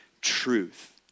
truth